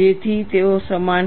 જેથી તેઓ સમાન હોય